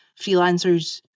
freelancers